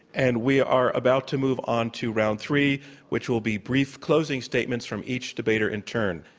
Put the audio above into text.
and we are about to move on to round three which will be brief closing statements from each debater in turn.